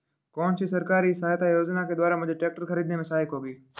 कौनसी सरकारी सहायता योजना के द्वारा मुझे ट्रैक्टर खरीदने में सहायक होगी?